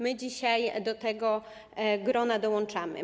My dzisiaj do tego grona dołączamy.